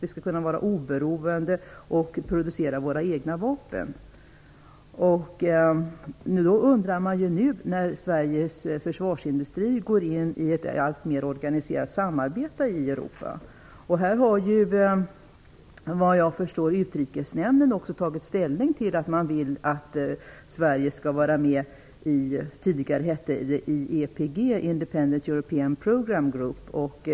Vi skall kunna vara oberoende och producera våra egna vapen. Nu går Sveriges försvarsindustri in i ett alltmer organiserat samarbete i Europa. Såvitt jag förstår har Utrikesnämnden tagit ställning för att Sverige skall vara med i EIPG, European Independent Programme Group, som det tidigare hette.